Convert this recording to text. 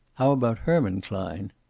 how about herman klein?